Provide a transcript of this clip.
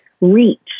reach